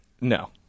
no